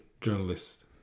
journalists